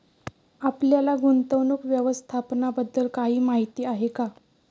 आपल्याला गुंतवणूक व्यवस्थापनाबद्दल काही माहिती आहे का?